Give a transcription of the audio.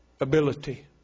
ability